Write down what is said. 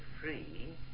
Free